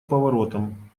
поворотом